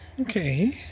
Okay